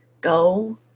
go